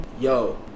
Yo